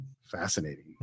Fascinating